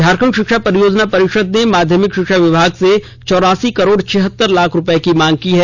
झारखंड शिक्षा परियोजना परिषद ने माध्यमिक शिक्षा विभाग से चौरासी करोड़ छिहत्तर रुपये की मांग की है